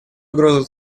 угрозу